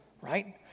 right